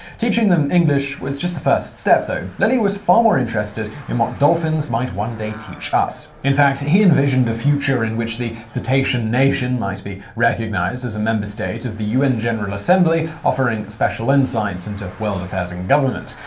teaching them english was just the first step, though. lilly was far more interested in what dolphins might one day teach us. in fact, he envisioned a future in which the cetacean nation might be recognized as a member state of the un general assembly, offering special insights into world affairs and government.